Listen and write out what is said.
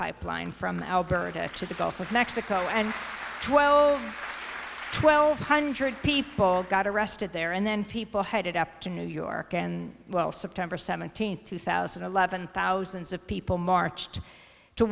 pipeline from alberta to the gulf of mexico and twelve twelve hundred people got arrested there and then people headed up to new york and well september seventeenth two thousand and eleven thousands of people marched to